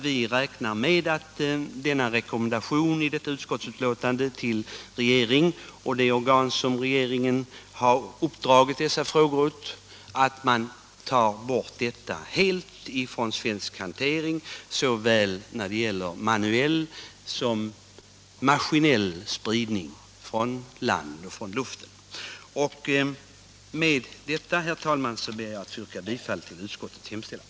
Vi räknar alltså med att rekommendationen i detta utskottsbetänkande till regeringen och det organ som regeringen har uppdragit åt att ta hand om dessa frågor leder till ett totalt borttagande från svensk hantering när det gäller såväl manuell som maskinell spridning från både land och luft. Med detta, herr talman, ber jag att få yrka bifall till utskottets hemställan.